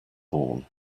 born